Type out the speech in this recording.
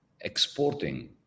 exporting